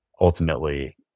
ultimately